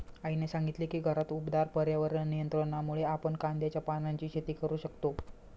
आईने सांगितले की घरात उबदार पर्यावरण नियंत्रणामुळे आपण कांद्याच्या पानांची शेती करू शकतो